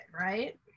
right